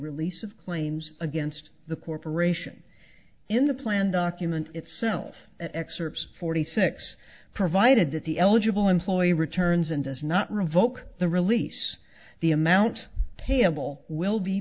release of claims against the corporation in the plan document itself excerpts forty six provided that the eligible employer returns and does not revoke the release the amount payable will be